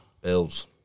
Bills